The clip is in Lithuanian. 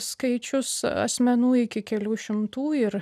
skaičius asmenų iki kelių šimtų ir